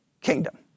kingdom